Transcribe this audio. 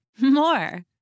more